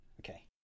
Okay